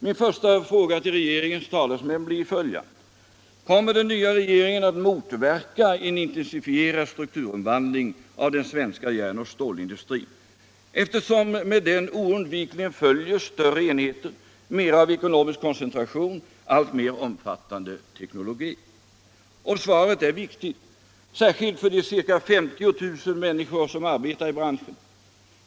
Min första konkretia fråga till regeringens talesmän blir följande: Kommer den nya regeringen att motverka en intensifierad strukturomvandling av den svenska järnoch stålindustrin, eftersom med den oundvikligen följer större enheter, mera av ekonomisk koncentration, alltmer omfattande teknologi? Och svaret är viktigt, särskilt för de ca 50 000 människor som arbetar j branschen.